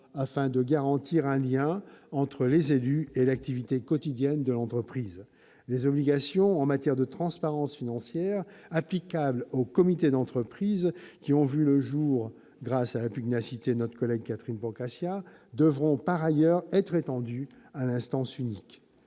afin de garantir un lien entre les élus et l'activité quotidienne de l'entreprise. Les obligations en matière de transparence financière applicables aux comités d'entreprise, qui ont vu le jour grâce à la pugnacité de notre collègue Catherine Procaccia, devront par ailleurs être étendues à l'instance unique.